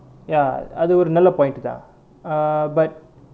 ya அது ஒரு நல்ல:athu oru nalla point தான்:thaan ah but